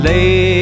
Lay